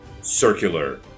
circular